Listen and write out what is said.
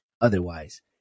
otherwise